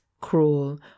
cruel